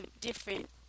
Different